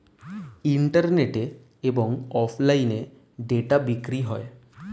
ইন্টারনেটে এবং অফলাইনে ডেটা বিক্রি হয়